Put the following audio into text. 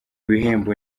ibihembo